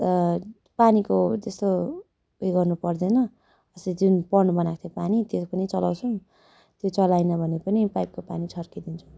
पानीको त्यस्तो उयो गर्नु पर्दैन अस्ति जुन पोन्ड बनाएको थियो पानी त्यो पनि चलाउँछौँ त्यो चलाएन भने पनि पाइपको पानी छर्किदिन्छौँ